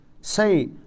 Say